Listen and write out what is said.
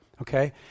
okay